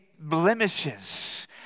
blemishes